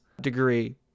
degree